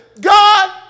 God